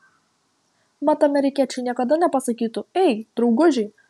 mat amerikiečiai niekada nepasakytų ei draugužiai